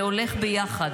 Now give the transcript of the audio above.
זה הולך ביחד,